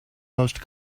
most